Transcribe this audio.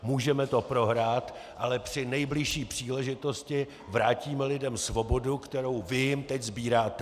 Můžeme to prohrát, ale při nejbližší příležitosti vrátíme lidem svobodu, kterou vy jim teď sbíráte.